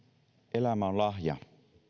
elämä on lahja